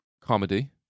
comedy